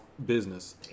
business